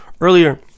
earlier